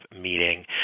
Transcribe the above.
meeting